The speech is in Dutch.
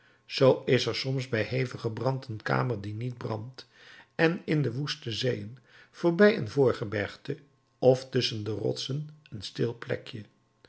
zoo is er soms bij hevigen brand een kamer die niet brandt en in de woeste zeeën voorbij een voorgebergte of tusschen de rotsen een stil plekje